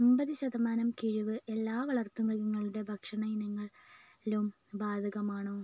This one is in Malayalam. അൻപത് ശതമാനം കിഴിവ് എല്ലാ വളർത്തുമൃഗങ്ങളുടെ ഭക്ഷണ ഇനങ്ങൾലും ബാധകമാണോ